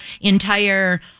entire